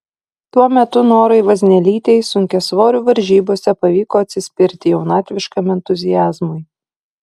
tuo metu norai vaznelytei sunkiasvorių varžybose pavyko atsispirti jaunatviškam entuziazmui